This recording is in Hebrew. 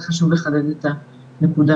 חשוב לחדד את הנקודה.